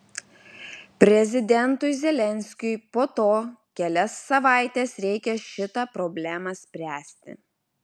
prezidentui zelenskiui po to kelias savaites reikia šitą problemą spręsti